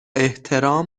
احترام